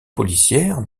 policières